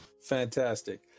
fantastic